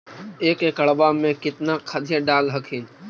एक एकड़बा मे कितना खदिया डाल हखिन?